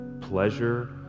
pleasure